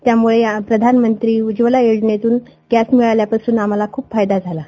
त्यामुळं या प्रधानमंत्री उज्वला योजनेतून गॅस मिळाल्यामुळे आम्हाला खुप फायदा झाला आहे